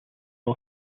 all